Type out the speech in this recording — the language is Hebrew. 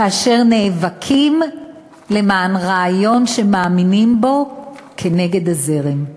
כאשר נאבקים למען רעיון שמאמינים בו נגד הזרם.